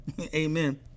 Amen